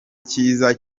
cyiza